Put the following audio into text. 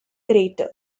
crater